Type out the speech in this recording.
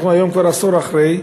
אנחנו היום כבר עשור אחרי,